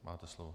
Máte slovo.